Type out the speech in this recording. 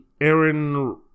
Aaron